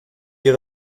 ihre